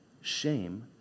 Shame